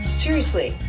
seriously,